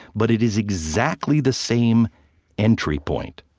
but it is exactly the same entry point